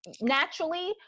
naturally